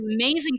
amazing